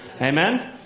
amen